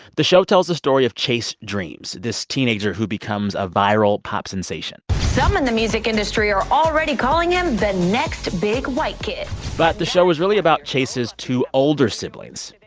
the show tells the story of chasedreams, this teenager who becomes a viral pop sensation some in the music industry are already calling him the next big white kid but the show is really about chase's two older siblings,